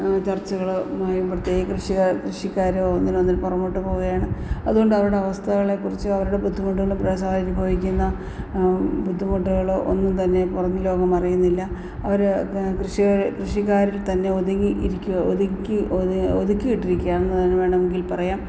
ചർച്ചകളു മായി പ്രത്യേക കൃഷിക കൃഷിക്കാര് ഒന്നിനൊന്നിന് പുറകോട്ട് പോവുകയാണ് അതുകൊണ്ടവരുടെ അവസ്ഥകളെക്കുറിച്ച് അവരുടെ ബുദ്ധിമുട്ടുകള് പ്രയാസമനുഭവിക്കുന്ന ബുദ്ധിമുട്ടുകള് ഒന്നും തന്നെ പുറംലോകം അറിയുന്നില്ല അവര് കൃഷികൾ കൃഷിക്കാരിൽ തന്നെ ഒതുങ്ങി ഇരിക്കു ഒതുക്കി ഒത് ഒതുക്കി കൂട്ടി ഇരിക്കുകയാണെന്ന് വേണമെങ്കിൽ പറയാം